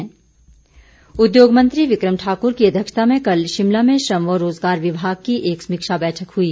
विकम ठाकर उद्योग मंत्री विक्रम ठाक्र की अध्यक्षता में कल शिमला में श्रम व रोजगार विभाग की एक समीक्षा बैठक हुई